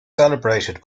celebrated